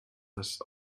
das